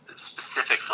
Specifically